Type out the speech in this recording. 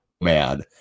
man